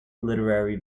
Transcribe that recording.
literary